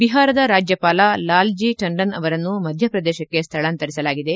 ಬಿಹಾರದ ರಾಜ್ಯಪಾಲ ಲಾಲ್ ಜಿ ಟಂಡನ್ ಅವರನ್ನು ಮಧ್ಯ ಪ್ರದೇಶಕ್ಕೆ ಸ್ಥಳಾಂತರಿಸಲಾಗಿದೆ